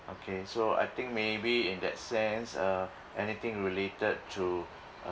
okay so I think maybe in that sense uh anything related to uh